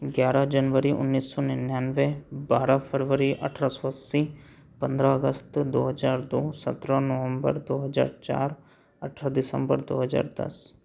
ग्यारह जनवरी उन्नीस सौ निन्यानबे बारह फरवरी अठरह सौ अस्सी पंद्रह अगस्त दो हजार दो सत्रह नवंबर दो हजार चार अठरह दिसंबर दो हजार दस